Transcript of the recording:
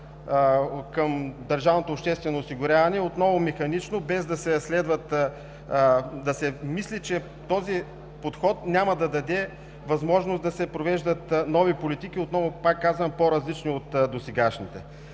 към държавното обществено осигуряване отново механично, без да се мисли, че този подход няма да даде възможност да се провеждат нови политики, отново казвам, по-различни от досегашните.